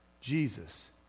Jesus